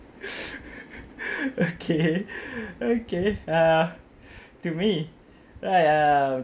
okay okay uh to me right uh